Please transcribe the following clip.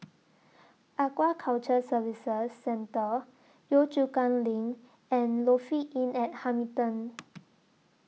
Aquaculture Services Centre Yio Chu Kang LINK and Lofi Inn At Hamilton